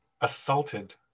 assaulted